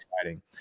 exciting